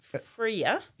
freer